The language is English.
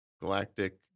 Galactic